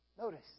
Notice